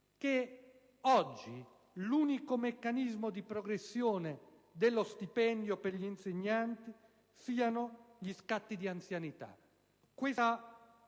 che oggi l'unico meccanismo di progressione dello stipendio per gli insegnanti sia quello degli scatti di anzianità.